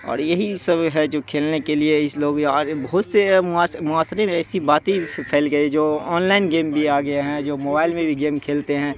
اور یہی سب ہے جو کھیلنے کے لیے اس لوگ اور بہت سے معاشرے معاشرے میں ایسی باتیں پھیل گئی جو آن لائن گیم بھی آ گیا ہیں جو موبائل میں بھی گیم کھیلتے ہیں